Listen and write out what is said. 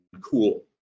cool